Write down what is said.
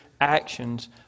actions